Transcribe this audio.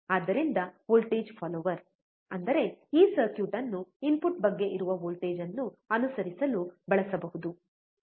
ಆದ್ದರಿಂದ voltage follower ಅಂದರೆ ಈ ಸರ್ಕ್ಯೂಟ್ ಅನ್ನು ಇನ್ಪುಟ್ ಬಗ್ಗೆ ಇರುವ ವೋಲ್ಟೇಜ್ ಅನ್ನು ಅನುಸರಿಸಲು ಬಳಸಬಹುದು ಸರಿ